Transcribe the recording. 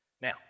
Now